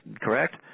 correct